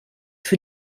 für